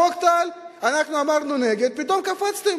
חוק טל, אנחנו אמרנו נגד, ופתאום קפצתם.